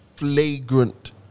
flagrant